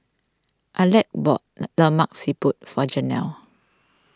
Alek bought Lemak Siput for Janell